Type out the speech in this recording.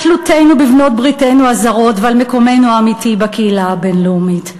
על תלותנו בבעלות-בריתנו הזרות ועל מקומנו האמיתי בקהילה הבין-לאומית.